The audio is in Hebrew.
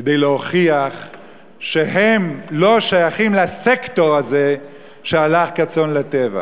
כדי להוכיח שהם לא שייכים לסקטור הזה שהלך כצאן לטבח.